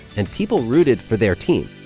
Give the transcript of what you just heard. and people rooted for their team.